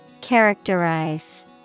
Characterize